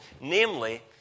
namely